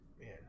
Man